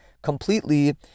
Completely